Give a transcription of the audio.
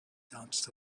danced